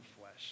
flesh